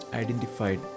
identified